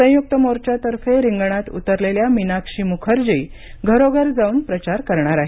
संयुक्त मोर्चातर्फे रिंगणात उतरलेल्या मीनाक्षी मुखर्जी या घरोघर जाऊन प्रचार करणार आहेत